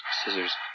Scissors